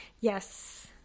yes